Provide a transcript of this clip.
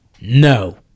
No